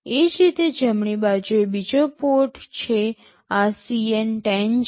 એ જ રીતે જમણી બાજુએ બીજો પોર્ટ છે આ CN10 છે